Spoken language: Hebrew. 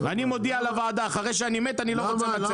אני מודיע לוועדה, אחרי שאני מת אני לא רוצה מצבה.